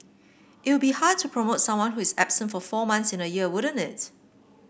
it would be hard to promote someone who is absent for four months in a year wouldn't it